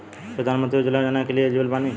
प्रधानमंत्री उज्जवला योजना के लिए एलिजिबल बानी?